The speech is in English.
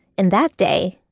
and that day,